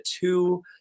two